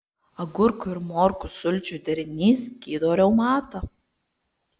agurkų ir morkų sulčių derinys gydo reumatą